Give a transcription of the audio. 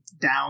down